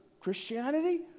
Christianity